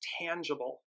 tangible